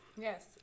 Yes